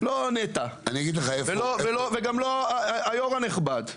ולא נת"ע וגם לא היו"ר הנכבד.